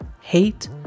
Hate